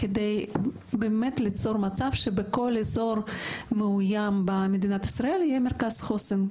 כדי באמת ליצור מצב שבכל אזור מאוים במדינת ישראל יהיה מרכז חוסן.